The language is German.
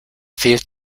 fehlt